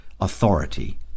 authority